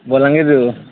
ବଲାଙ୍ଗିର୍ରୁ